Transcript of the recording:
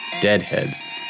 Deadheads